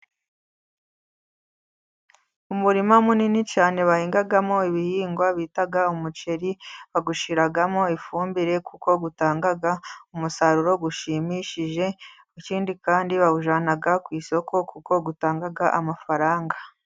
Umurima munini cyane, bahingamo ibihingwa bita umuceri bawushyiramo ifumbire, kuko utanga umusaruro ushimishije ikindi kandi bawujyana ku isoko, kuko utanga amafaranga.